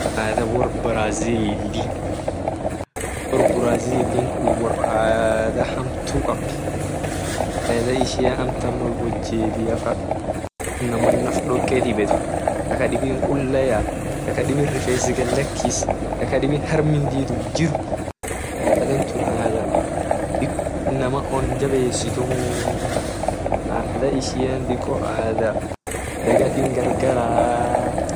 Adha wor brazil wor adha hamtu kabd adha amtan mal wojebiafa amtan naf doke dibet kadibidin kula yaa ka kadibi refes gadlakis ka kadibi harmi didum jir dado tun dado adha inama on jabesitumuu adha ishiane adha dagatin gargaraa.